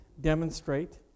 demonstrate